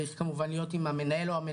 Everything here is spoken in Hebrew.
דבר שני, כל אחד צריך לנהל את המאבקים